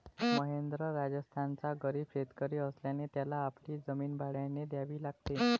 महेंद्र राजस्थानचा गरीब शेतकरी असल्याने त्याला आपली जमीन भाड्याने द्यावी लागली